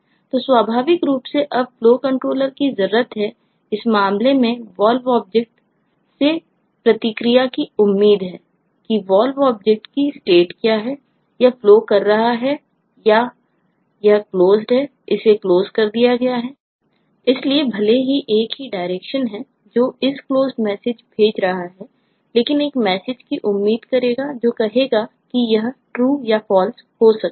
तो स्वाभाविक रूप से अब FlowController की जरूरत है इस मामले में Valve ऑब्जेक्ट से प्रतिक्रिया की उम्मीद है कि Valve ऑब्जेक्ट की स्टेट है जो isClosed मैसेज भेज रहा है लेकिन एक मैसेज की उम्मीद करेगा जो कहेगा कि यह True या False हो सकता है